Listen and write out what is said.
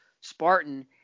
Spartan